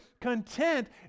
content